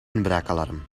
inbraakalarm